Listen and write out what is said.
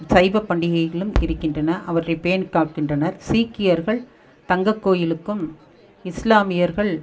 சைவப் பண்டிகைகளும் இருக்கின்றன அவற்றை பேணிக் காக்கின்றனர் சீக்கியர்கள் தங்கக்கோயிலுக்கும் இஸ்லாமியர்கள்